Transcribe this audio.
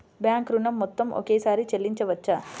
Bank ఋణం మొత్తము ఒకేసారి చెల్లించవచ్చా?